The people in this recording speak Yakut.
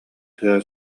тыа